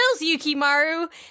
Yukimaru